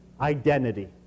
identity